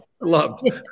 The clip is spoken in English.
loved